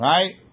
Right